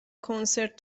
کنسرت